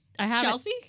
Chelsea